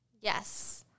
Yes